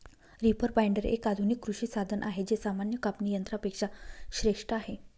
reaper binder, एक आधुनिक कृषी साधन आहे जे सामान्य कापणी यंत्रा पेक्षा श्रेष्ठ आहे